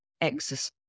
exercise